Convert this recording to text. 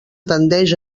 tendeix